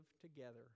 together